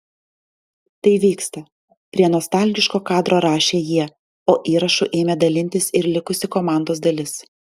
tai vyksta prie nostalgiško kadro rašė jie o įrašu ėmė dalintis ir likusi komandos dalis